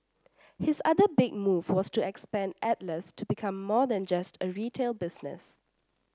his other big move was to expand Atlas to become more than just a retail business